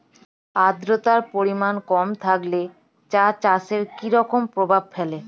আদ্রতার পরিমাণ কম থাকলে চা চাষে কি রকম প্রভাব ফেলে?